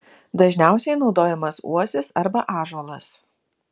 dažniausiai naudojamas uosis arba ąžuolas